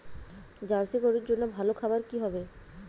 Jersey গরুর জন্য ভালো খাবার কি হবে?